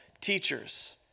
teachers